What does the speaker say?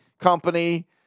company